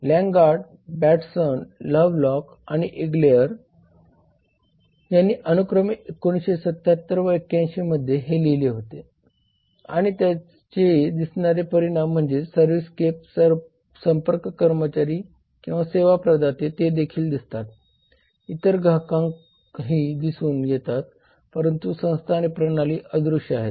ल्यांगार्ड Bateson Lovelock आणि Eiglier यांनी अनुक्रमे 1977 व 81मध्ये हे लिहिले होते आणि त्याचे दिसणारे परिणाम म्हणजे सर्व्हिसस्केप संपर्क कर्मचारी किंवा सेवा प्रदाते ते देखील दिसतात इतर ग्राहकही दिसून येतात परंतु संस्था आणि प्रणाली अद्रुश्य आहेत